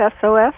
SOS